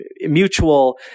mutual